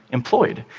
employed.